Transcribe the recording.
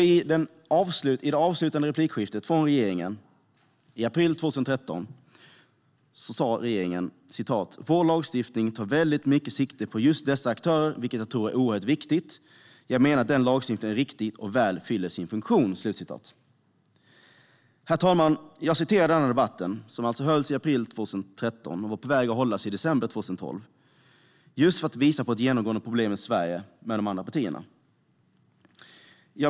I det avslutande inlägget sas från regeringen i april 2013: "Vår lagstiftning tar väldigt mycket sikte på just dessa aktörer, vilket jag tror är oerhört viktigt. Jag menar att den lagstiftningen är riktig och väl fyller sin funktion." Herr talman! Jag citerar denna debatt som hölls i april 2013, som var på väg att hållas i december 2012, just för att visa på ett genomgående problem i Sverige med de andra partierna.